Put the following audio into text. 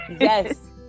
yes